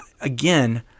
again